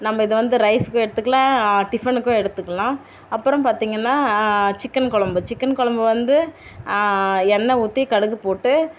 நம்ம இதை வந்து ரைஸுக்கு எடுத்துக்கலாம் டிஃபனுக்கும் எடுத்துக்கலாம் அப்புறம் பார்த்தீங்கன்னா சிக்கென் குழம்பு சிக்கன் குழம்பு வந்து எண்ணெய் ஊற்றி கடுகு போட்டு